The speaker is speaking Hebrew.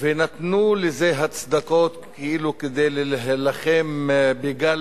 ונתנו לזה הצדקות כאילו כדי להילחם בגל